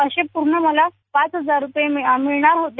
अशे पूर्ण मला पाच हजार रूपये मिळणार होते